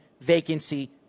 vacancy